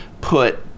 put